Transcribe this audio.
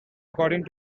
according